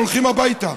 והולכים הביתה.